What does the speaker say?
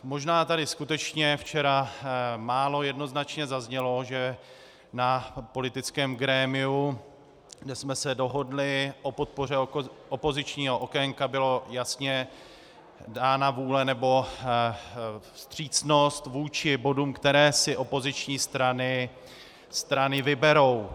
Možná tady skutečně včera málo jednoznačně zaznělo, že na politickém grémiu, kde jsme se dohodli o podpoře opozičního okénka, byla jasně dána vůle nebo vstřícnost vůči bodům, které si opoziční strany vyberou.